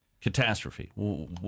catastrophe